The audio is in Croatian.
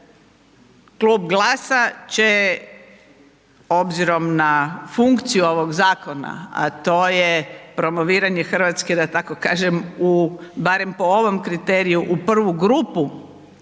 Klub GLAS-a će obzirom na funkciju ovog zakona, a to je promoviranje Hrvatske da tako kažem barem po ovom kriteriju u prvu grupu